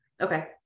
Okay